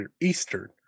Eastern